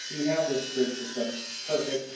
u have this grid system, perfec,